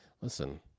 Listen